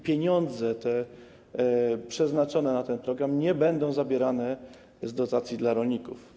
Pieniądze przeznaczone na ten program nie będą zabierane z dotacji dla rolników.